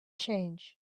change